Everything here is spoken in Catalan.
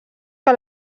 que